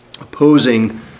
opposing